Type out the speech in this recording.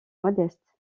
modeste